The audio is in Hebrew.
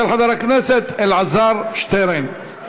של חבר הכנסת אלעזר שטרן.